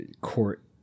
court